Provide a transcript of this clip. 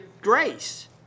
grace